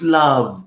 love